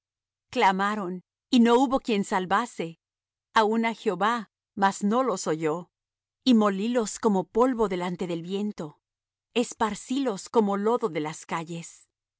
clamaron y no hubo quien salvase aun á jehová mas no los oyó y molílos como polvo delante del viento esparcílos como lodo de las calles